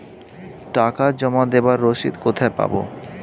টাকা জমা দেবার রসিদ কোথায় পাব?